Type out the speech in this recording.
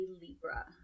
Libra